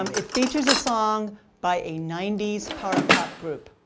um it features a song by a ninety s power pop group.